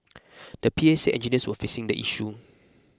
the P A said engineers were fixing the issue